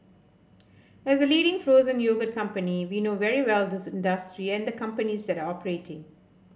as the leading frozen yogurt company we know very well this industry and the companies that operating